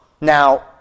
Now